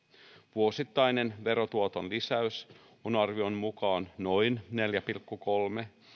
vuosittainen verotuoton lisäys on arvion mukaan noin neljä pilkku kolme